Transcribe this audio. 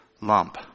lump